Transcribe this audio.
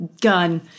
gun –